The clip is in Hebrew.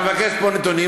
ואתה מבקש פה נתונים,